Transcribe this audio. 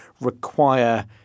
require